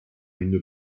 une